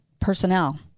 personnel